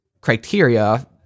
criteria